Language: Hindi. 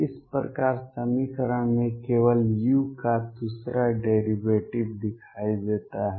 इस प्रकार समीकरण में केवल u का दूसरा डेरीवेटिव दिखाई देता है